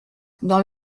dans